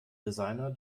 designer